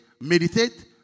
meditate